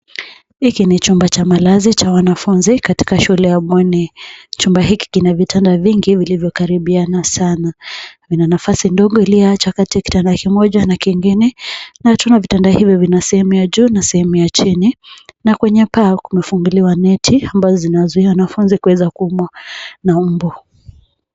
Hiki ni chumba cha malazi cha wanafunzi katika shule ya bweni. Chumba hiki kina vitanda vingi vilivyo karibiana sana. Kuna nafasi ndogo iliyoachwa kati ya kitanda kimoja na kingine na tunaona vitanda hivi vina sehemu ya juu na sehemu ya chini. Na kwenye paa kumefungiliwa neti ambazo zinazuia wanafunzi kueza kuumwa na mbu.